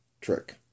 trick